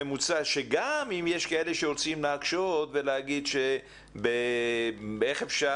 כי הממוצע שגם אם יש כאלה שרוצים להקשות ולהגיד איך אפשר?